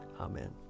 Amen